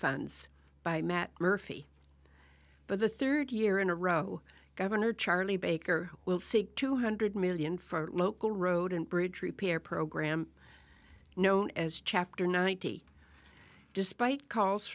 funds by matt murphy but the third year in a row gov charlie baker will seek two hundred million for local road and bridge repair program known as chapter ninety despite calls